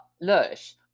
Lush